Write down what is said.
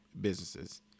businesses